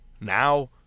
now